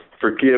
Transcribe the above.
forgive